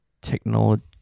Technology